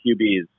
QBs